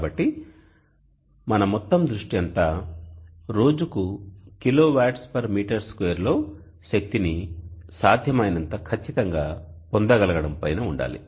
కాబట్టి మన మొత్తం దృష్టి అంతా రోజుకు kWm2 లో శక్తిని సాధ్యమైనంత ఖచ్చితంగా పొందగలగడం పైన ఉండాలి